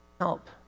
Help